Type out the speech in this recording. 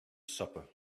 supper